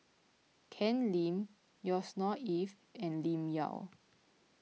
Ken Lim Yusnor Ef and Lim Yau